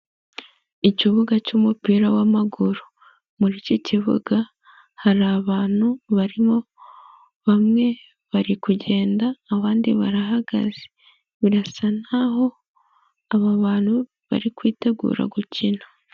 Ikibuga cy'umupira w'amaguru muri iki kibuga hari abantu barimo bamwe bari kugenda abandi barahagaze, birasa nkaho aba bantu bari kwitegura gukina.